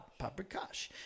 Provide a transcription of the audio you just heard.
Paprikash